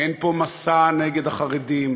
אין פה מסע נגד החרדים,